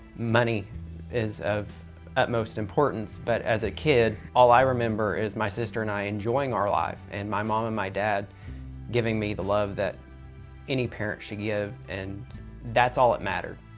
money is of utmost importance. but as a kid, all i remember is my sister and i enjoying our life and my mom and my dad giving me the love that any parent should give. and that's all that mattered.